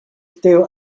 still